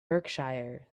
berkshire